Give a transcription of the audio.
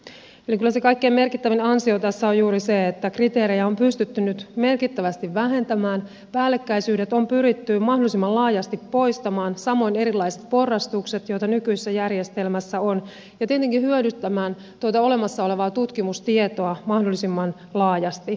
eli kyllä se kaikkein merkittävin ansio tässä on juuri se että kriteerejä on pystytty nyt merkittävästi vähentämään päällekkäisyydet on pyritty mahdollisimman laajasti poistamaan samoin erilaiset porrastukset joita nykyisessä järjestelmässä on ja tietenkin hyödyntämään tuota olemassa olevaa tutkimustietoa mahdollisimman laajasti